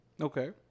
Okay